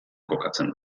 kokatzen